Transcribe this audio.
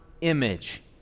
image